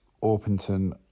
Orpington